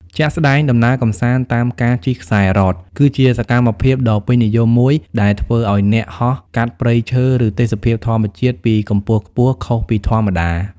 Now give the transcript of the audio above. ជាក់ស្ដែង ដំណើរកម្សាន្តតាមការជិះខ្សែរ៉ក គឺជាសកម្មភាពដ៏ពេញនិយមមួយដែលធ្វើឱ្យអ្នកហោះកាត់ព្រៃឈើ ឬទេសភាពធម្មជាតិពីកម្ពស់ខ្ពស់ខុសពីធម្មតា។